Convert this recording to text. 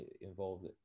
involved